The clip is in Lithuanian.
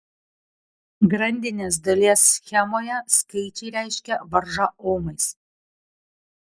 grandinės dalies schemoje skaičiai reiškia varžą omais